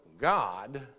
God